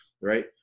right